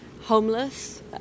homeless